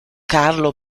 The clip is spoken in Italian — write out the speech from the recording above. carlo